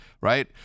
right